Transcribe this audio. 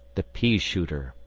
the peashooter,